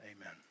Amen